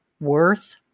worth